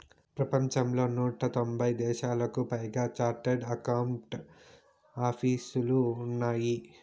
ప్రపంచంలో నూట తొంభై దేశాలకు పైగా చార్టెడ్ అకౌంట్ ఆపీసులు ఉన్నాయి